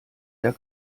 der